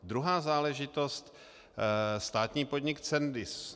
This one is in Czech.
Druhá záležitost státní podnik Cendis.